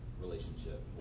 relationship